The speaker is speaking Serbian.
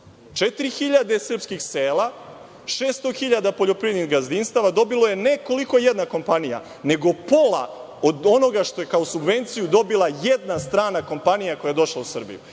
srpskih sela, 600.000 poljoprivrednih gazdinstava dobilo je ne koliko jedna kompanija, nego pola od onoga što je kao subvenciju dobila jedna strana kompanija koja je došla u Srbiju.